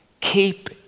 Keep